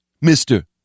Mister